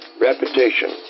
repetition